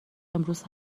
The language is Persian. امروز